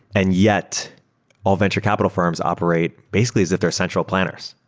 and yet all venture capital fi rms operate basically is that they're central planners.